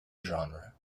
genre